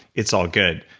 it's all good.